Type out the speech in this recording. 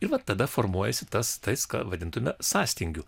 ir vat tada formuojasi tas tai ką vadintume sąstingiu